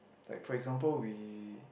like for example we